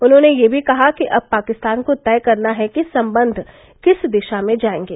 उन्होंने यह भी कहा कि अब पाकिस्तान को तय करना है कि संबंध किस दिशा में जाएंगे